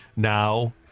now